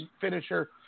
finisher